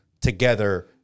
together